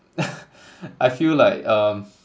I feel like um